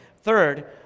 Third